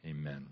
Amen